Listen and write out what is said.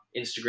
Instagram